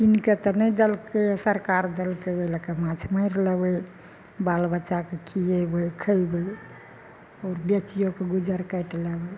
किनके तऽ नहि देलकै सरकार देलकै ओहि लऽ कऽ माँछ मारि लेबै बाल बच्चाके खियैबै खैबै आओर बेचियो कऽ गुजर काटि लेबै